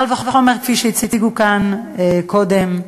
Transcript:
קל וחומר, כפי שהציגו כאן קודם,